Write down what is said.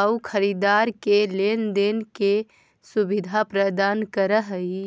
आउ खरीदार के लेन देन के सुविधा प्रदान करऽ हइ